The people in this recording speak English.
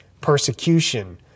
persecution